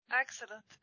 Excellent